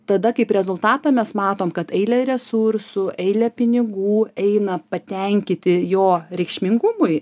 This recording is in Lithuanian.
tada kaip rezultatą mes matom kad eilė resursų eilė pinigų eina patenkinti jo reikšmingumui